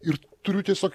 ir turiu tiesiog